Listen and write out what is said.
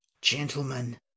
gentlemen